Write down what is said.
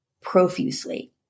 profusely